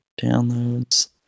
downloads